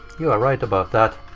you are right about that.